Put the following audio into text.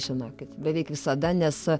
žinokit beveik visada nes